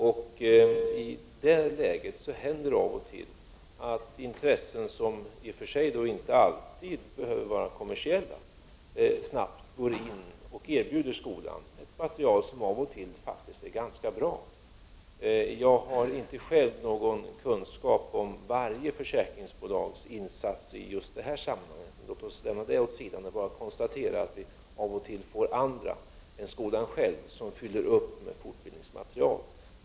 I det läget händer det då och då att intressen som i och för sig inte alltid behöver vara kommersiella snabbt går in och erbjuder skolan material som ibland faktiskt är ganska bra. Jag har inte själv någon kunskap om varje försäkringsbolags insatser i just de här sammanhangen — låt oss lämna det åt sidan. Jag bara konstaterar att det av och till är andra än skolan själv som fyller på med fortbildningsmaterial.